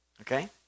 Okay